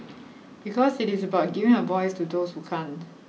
because it is about giving a voice to those you can't